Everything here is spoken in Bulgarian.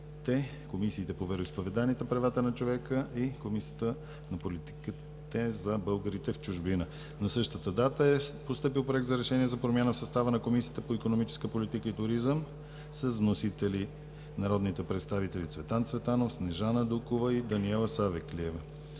Комисията по вероизповеданията и правата на човека и Комисията на политиките за българите в чужбина. На същата дата е постъпил Проект за решение за промяна в състава на Комисията по икономическа политика и туризъм с вносители народните представители Цветан Цветанов, Снежана Дукова и Даниела Савеклиева.